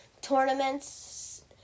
tournaments